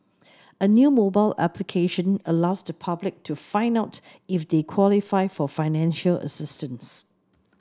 a new mobile application allows the public to find out if they qualify for financial assistance